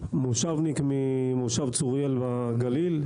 מושבניק ממושב צוריאל בגליל,